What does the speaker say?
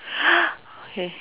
K